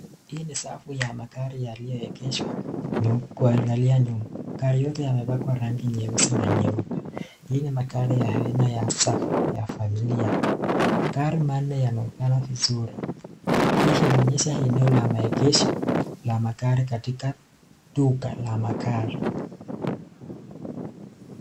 Hii ni safu ya magari yaliyo egezwa kuaangalia nyuma, gari yote yamepakwa rangi nyeusi na nyeupe. Hii ni magari ya aina ya Suff , yafamilia gari manne yanaonekana vizuri. Hii inaonyesha eneo la maegezo ya magari katika duka ya magari.